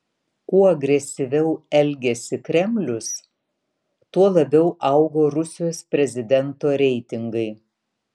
kuo agresyviau elgėsi kremlius tuo labiau augo rusijos prezidento reitingai